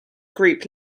group